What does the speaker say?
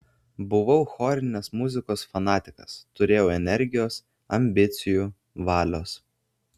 buvau chorinės muzikos fanatikas turėjau energijos ambicijų valios